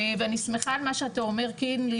ואני שמחה על מה שאתה אומר קינלי,